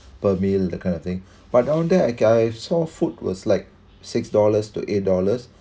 per meal that kind of thing but on that I've saw food was like six dollars to eight dollars